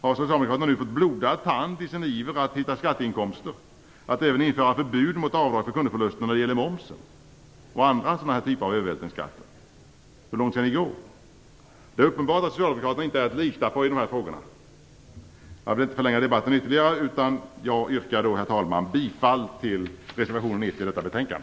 Har socialdemokraterna nu fått blodad tand i sin iver att hitta skatteinkomster, så att man även vill införa förbud mot avdrag för kundförluster när det gäller momsen och andra typer av övervältringsskatter? Hur långt skall ni gå? Det är uppenbart att socialdemokraterna inte är att lita på i de här frågorna. Jag vill inte förlänga debatten ytterligare, herr talman, utan jag yrkar bifall till reservationen 1 till detta betänkande.